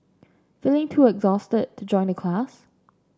feeling too exhausted to join the class